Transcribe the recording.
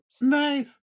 Nice